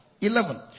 Eleven